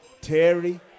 Terry